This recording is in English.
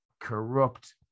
corrupt